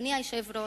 אדוני היושב-ראש,